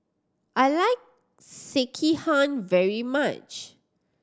I like Sekihan very much